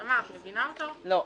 אני מאוד